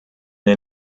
den